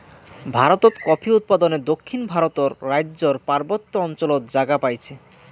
ভারতত কফি উৎপাদনে দক্ষিণ ভারতর রাইজ্যর পার্বত্য অঞ্চলত জাগা পাইছে